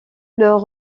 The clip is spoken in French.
leur